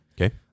Okay